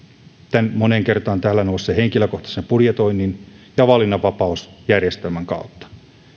tämän moneen kertaan täällä nousseen henkilökohtaisen budjetoinnin ja valinnanvapausjärjestelmän kautta